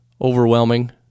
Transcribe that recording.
overwhelming